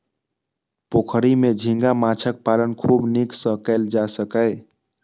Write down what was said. पोखरि मे झींगा माछक पालन खूब नीक सं कैल जा सकैए